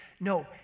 No